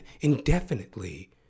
indefinitely